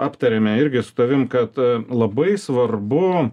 aptarėmė irgi su tavim kad a labai svarbu